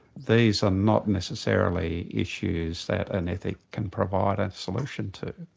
these are not necessarily issues that an ethic can provide a solution to.